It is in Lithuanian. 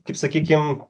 kaip sakykim